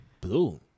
Blue